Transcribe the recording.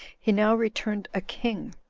he now returned a king